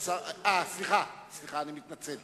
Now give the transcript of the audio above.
אדוני היושב-ראש,